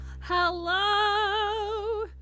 Hello